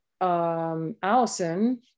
Allison